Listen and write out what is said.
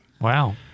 Wow